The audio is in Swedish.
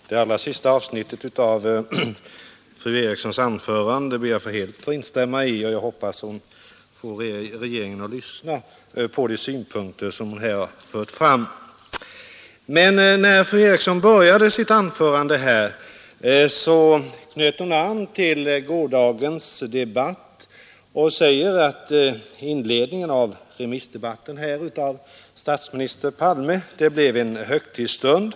Herr talman! Det allra sista avsnittet av fru Erikssons i Stockholm anförande ber jag att helt få instämma i, och jag hoppas att hon får regeringen att lyssna på de synpunkter hon här fört fram, Men när fru Eriksson började sitt anförande knöt hon an till gårdagens debatt och sade att inledningen av remissdebatten med statsminister Palmes anförande blev en högtidsstund.